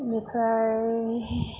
बेनिफ्राय